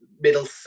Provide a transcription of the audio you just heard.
middle